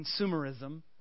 consumerism